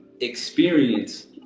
experience